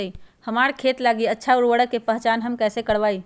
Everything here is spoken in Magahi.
हमार खेत लागी अच्छा उर्वरक के पहचान हम कैसे करवाई?